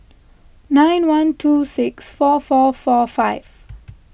nine one two six four four four five